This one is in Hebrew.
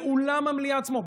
באולם המליאה עצמו,